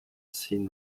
seen